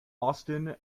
austen